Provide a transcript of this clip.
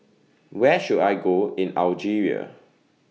Where should I Go in Algeria